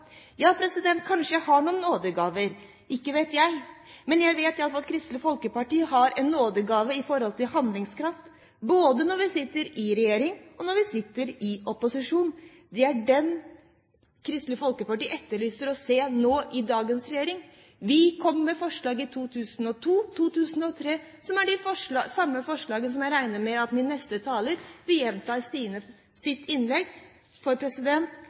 Ja, kanskje jeg har noen nådegaver. Ikke vet jeg, men jeg vet iallfall at Kristelig Folkeparti har en nådegave i forhold til handlingskraft, både når vi sitter i regjering og når vi sitter i opposisjon. Det er den Kristelig Folkeparti etterlyser å se nå i dagens regjering. Vi kom med forslag i 2002 og 2003, som er de samme forslagene som jeg regner med at neste taler vil gjenta i sitt innlegg, for